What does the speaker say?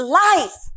life